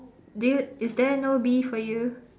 do you is there no bee for you